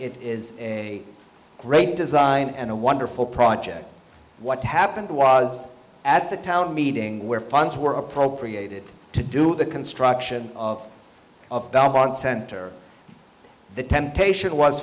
it is a great design and a wonderful project what happened was at the town meeting where funds were appropriated to do the construction of of babylon center the temptation was